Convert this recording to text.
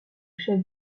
chef